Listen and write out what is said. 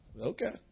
Okay